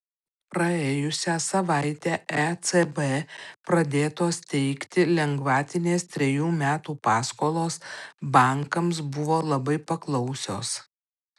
praėjusią savaitę ecb pradėtos teikti lengvatinės trejų metų paskolos bankams buvo labai paklausios